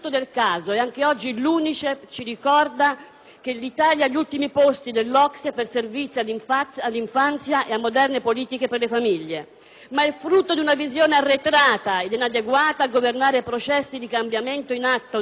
che l'Italia è agli ultimi posti nell'OCSE per servizi all'infanzia e a moderne politiche per le famiglie), bensì di una visione arretrata ed inadeguata a governare i processi di cambiamento in atto nelle famiglie, nella società e nell'economia.